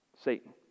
Satan